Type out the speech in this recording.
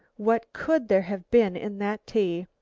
what could there have been in that tea?